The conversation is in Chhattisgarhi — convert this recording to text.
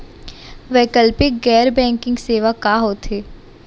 वैकल्पिक गैर बैंकिंग सेवा का होथे?